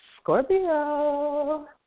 Scorpio